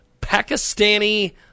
Pakistani